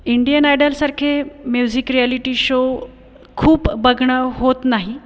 Indian आयडलसारखे music reality show खूप बघणं होत नाही